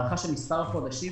מעדיף להשאיר את זה כמו שזה,